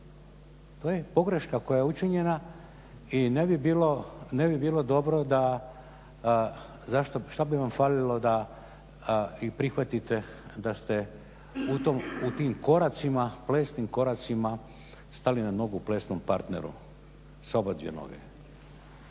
To je pogreška koja je učinjena i ne bi bilo dobro da, šta bi vam falilo da i prihvatite da ste u tim koracima, plesnim koracima stali na nogu plesnom parteru sa oba dvije noge.